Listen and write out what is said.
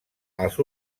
als